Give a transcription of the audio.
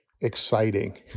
exciting